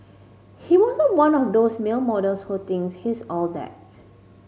he wasn't one of those male models who thinks he's all that